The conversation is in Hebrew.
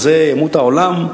על זה ימות העולם?